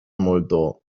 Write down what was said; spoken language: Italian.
molto